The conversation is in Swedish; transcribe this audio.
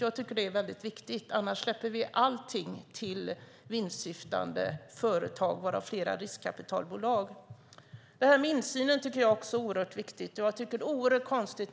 Jag tycker att det är väldigt viktigt, för annars släpper vi allting till vinstsyftande företag, varav flera riskkapitalbolag. Detta med insynen tycker jag också är oerhört viktigt.